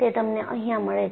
તે તમને અહીંયા મળે છે